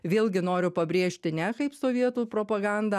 vėlgi noriu pabrėžti ne kaip sovietų propaganda